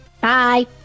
Bye